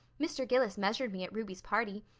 mr. gillis measured me at ruby's party.